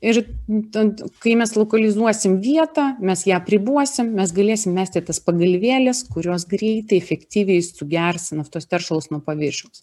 ir būtent kai mes lokalizuosim vietą mes ją apribosim mes galėsim mesti tas pagalvėles kurios greitai efektyviai sugers naftos teršalus nuo paviršiaus